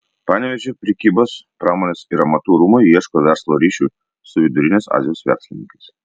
panevėžio prekybos pramonės ir amatų rūmai ieško verslo ryšių su vidurinės azijos verslininkais